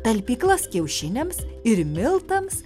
talpyklas kiaušiniams ir miltams